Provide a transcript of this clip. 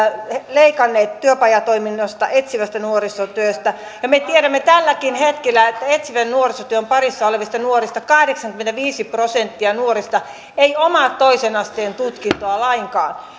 leikanneet työpajatoiminnasta etsivästä nuorisotyöstä ja me tiedämme tälläkin hetkellä että etsivän nuorisotyön parissa olevista nuorista kahdeksankymmentäviisi prosenttia ei omaa toisen asteen tutkintoa lainkaan